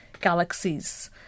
galaxies